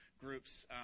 groups